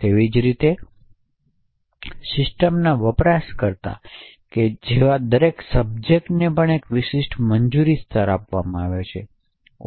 તેવી જ રીતે તે સિસ્ટમના વપરાશકર્તા જેવા દરેક સબ્જેક્ટને પણ એક વિશિષ્ટ મંજૂરી સ્તર આપવામાં આવે છે તેથી